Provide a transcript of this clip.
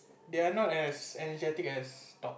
they're not as energetic as dog